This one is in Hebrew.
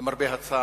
למרבה הצער,